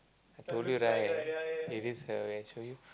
I told you right it is her when I show you